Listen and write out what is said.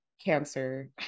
Cancer